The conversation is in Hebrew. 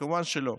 כמובן שלא.